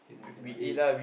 cannot cannot eh